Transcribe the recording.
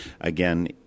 Again